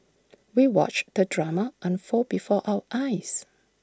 we watched the drama unfold before our eyes